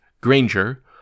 Granger